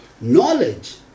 Knowledge